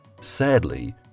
sadly